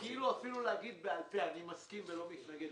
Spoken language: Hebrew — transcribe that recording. זה להגיד בעל פה אני מסכים ולא מתנגד.